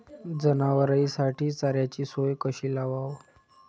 जनावराइसाठी चाऱ्याची सोय कशी लावाव?